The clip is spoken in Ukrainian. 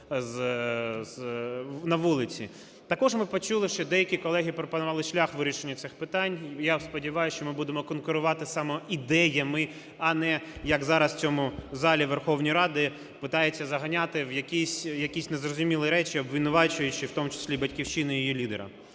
Також ми почули, що деякі колеги пропонували шлях вирішення цих питань. Я сподіваюся, що ми будемо конкурувати саме ідеями, а не як зараз в цьому залі Верховної Ради питаються заганяти в якісь незрозумілі речі, обвинувачуючи в тому числі "Батьківщину" і її лідера.